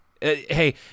Hey